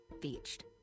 Beached